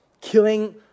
killing